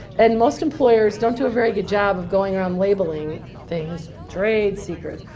and most employers don't do a very good job of going around labeling things trade secrets.